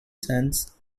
sons